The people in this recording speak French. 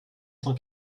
cent